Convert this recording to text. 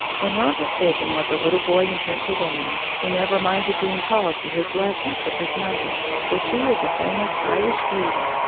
when robert fulton was a little boy in pennsylvania, he never minded being called to his lessons with his mother, for she was a famous irish beauty,